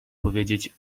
powiedzieć